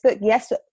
yes